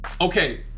Okay